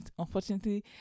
unfortunately